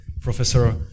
Professor